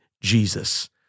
Jesus